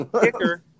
Kicker